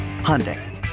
Hyundai